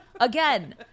Again